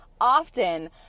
often